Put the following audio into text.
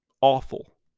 awful